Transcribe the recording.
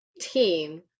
team